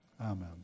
Amen